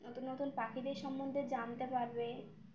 নতুন নতুন পাখিদের সম্বন্ধে জানতে পারবে